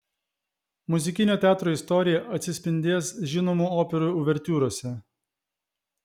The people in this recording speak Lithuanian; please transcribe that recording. muzikinio teatro istorija atsispindės žinomų operų uvertiūrose